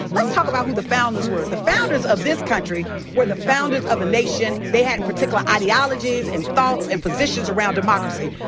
let's talk about who the founders were. the founders of this country were the founders of a nation. they had particular ideologies and thoughts and positions around democracy.